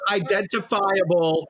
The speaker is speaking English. identifiable